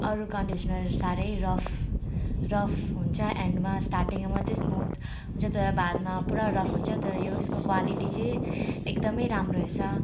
अरू कन्डिसनर साह्रै rough rough हुन्छ एन्डमा स्टार्टिङमा मात्रै स्मुथ जति बेला बादमा पुरा रफ हुन्छ तर यो यसको क्वालिटी चाहिँ एकदमै राम्रो रहेछ